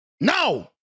no